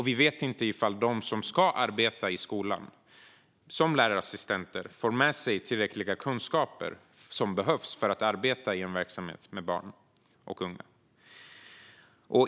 Vi vet heller inte om de som ska arbeta i skolan som lärarassistenter får med sig de kunskaper som behövs för att arbeta i en verksamhet med barn och unga.